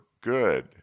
good